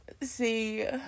see